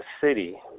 city